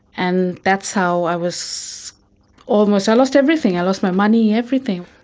and that's how i was almost, i lost everything, i lost my money, everything.